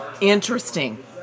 Interesting